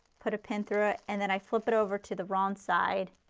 put a pin through it and then i flip it over to the wrong side.